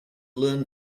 learn